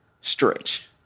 Stretch